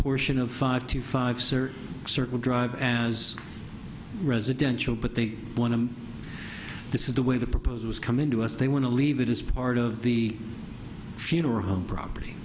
portion of five to five sir circle drive as residential but they want to this is the way the proposal is coming to us they want to leave it as part of the funeral home property